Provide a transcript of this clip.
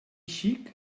xic